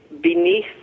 beneath